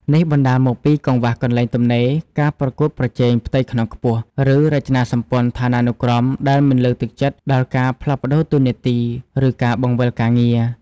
នេះបណ្តាលមកពីកង្វះកន្លែងទំនេរ ការប្រកួតប្រជែងផ្ទៃក្នុងខ្ពស់ ឬរចនាសម្ព័ន្ធឋានានុក្រមដែលមិនលើកទឹកចិត្តដល់ការផ្លាស់ប្តូរតួនាទី ឬការបង្វិលការងារ។